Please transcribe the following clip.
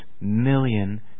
million